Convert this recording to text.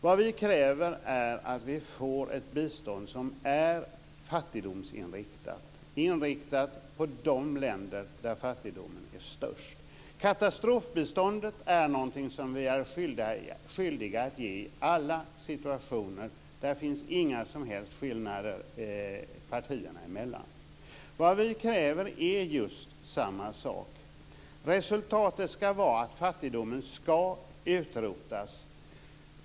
Vad vi kräver är att vi får ett bistånd som är fattigdomsinriktat, inriktat på de länder där fattigdomen är störst. Katastrofbiståndet är någonting som vi är skyldiga att ge i alla situationer. Där finns inga som helst skillnader partierna emellan. Vad vi kräver är just samma sak. Resultatet ska vara att fattigdomen ska utrotas.